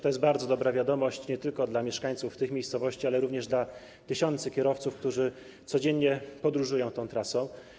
To jest bardzo dobra wiadomość nie tylko dla mieszkańców tych miejscowości, ale również dla tysięcy kierowców, którzy codziennie podróżują tą trasą.